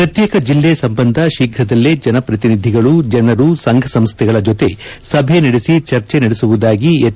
ಪ್ರತ್ಯೇಕ ಜಿಲ್ಲೆ ಸಂಬಂಧ ಶೀಘ್ರದಲ್ಲೇ ಜನಪ್ರತಿನಿಧಿಗಳು ಜನರು ಸಂಘಸಂಸ್ನೆಗಳ ಜತೆ ಸಭೆ ನಡೆಸಿ ಚರ್ಚೆ ನಡೆಸುವುದಾಗಿ ಹೆಚ್